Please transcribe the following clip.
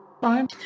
Fine